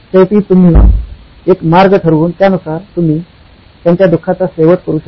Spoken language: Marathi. शेवटी तुम्ही एक मार्ग ठरवून त्यानुसार तुम्ही त्यांच्या दुःखाचा शेवट करू शकता